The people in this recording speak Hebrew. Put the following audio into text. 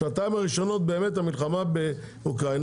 בשנתיים הראשונות באמת המלחמה באוקראינה